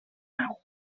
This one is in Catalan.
nau